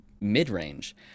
mid-range